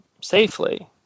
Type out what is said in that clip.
safely